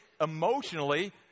emotionally